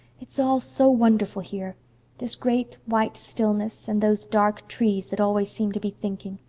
it's all so wonderful here this great, white stillness, and those dark trees that always seem to be thinking.